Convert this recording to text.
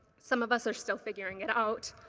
some of us are still figuring it out.